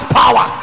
power